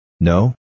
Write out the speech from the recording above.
No